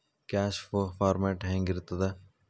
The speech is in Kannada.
ಕ್ಯಾಷ್ ಫೋ ಫಾರ್ಮ್ಯಾಟ್ ಹೆಂಗಿರ್ತದ?